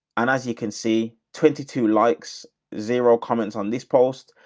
and as you can see, twenty two likes, zero comments on this post,